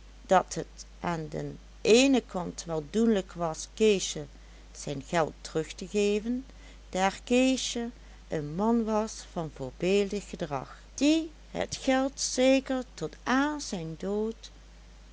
dat het aan den eenen kant wel doenlijk was keesje zijn geld terug te geven daar keesje een man was van voorbeeldig gedrag die het geld zeker tot aan zijn dood